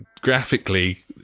graphically